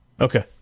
Okay